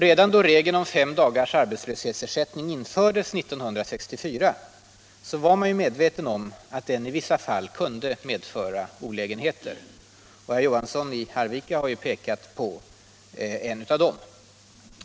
Redan då regeln om fem dagars arbetslöshetsersättning infördes 1964 var man medveten om att den i vissa fall kunde medföra olägenheter. Herr Johansson i Arvika har ju pekat på en av dem.